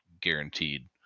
guaranteed